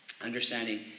Understanding